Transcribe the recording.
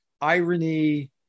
Irony